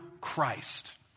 Christ